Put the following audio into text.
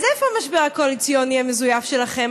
אז איפה המשבר הקואליציוני המזויף שלכם?